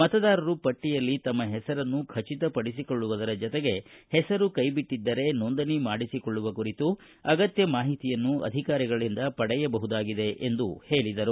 ಮತದಾರರು ಪಟ್ಟಿಯಲ್ಲಿ ತಮ್ಮ ಹೆಸರನ್ನು ಖಚಿತಪಡಿಸಿಕೊಳ್ಳುವುದರ ಜತೆಗೆ ಹೆಸರು ಕೈ ಬಿಟ್ಟದ್ದರೆ ನೋಂದಣಿ ಮಾಡಿಸಿಕೊಳ್ಳುವ ಕುರಿತು ಅಗತ್ಯ ಮಾಹಿತಿಯನ್ನು ಅಧಿಕಾರಿಗಳಂದ ಪಡೆಯಬಹುದಾಗಿದೆ ಎಂದು ಹೇಳಿದರು